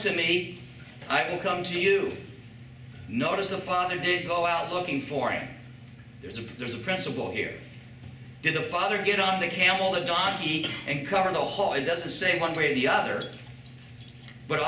to me i will come to you notice the father didn't go out looking for it there's a there's a principle here did the father get on the camel the donkey and cover the whole it doesn't say one way or the other but